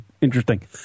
interesting